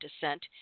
descent